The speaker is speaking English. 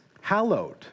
hallowed